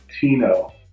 Tino